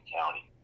County